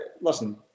listen